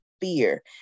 fear